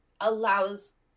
allows